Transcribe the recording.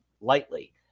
lightly